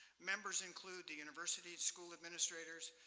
members include the university school administrators,